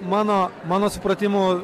mano mano supratimu